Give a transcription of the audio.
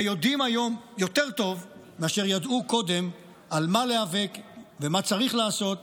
ויודעים היום יותר טוב מאשר ידעו קודם על מה להיאבק ומה צריך לעשות.